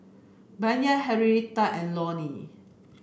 Bayard Henrietta and Lonny